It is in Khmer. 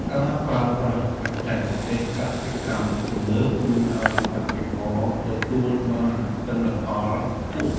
ការប្រើប្រាស់បច្ចេកទេសកសិកម្មទំនើប ជួយឱ្យកសិករទទួលបានទិន្នផលខ្ពស់។